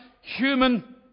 human